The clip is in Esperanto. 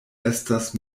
estas